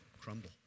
crumble